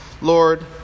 Lord